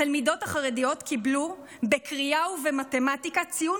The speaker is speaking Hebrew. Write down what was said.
התלמידות החרדיות קיבלו בקריאה ובמתמטיקה ציון